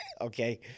okay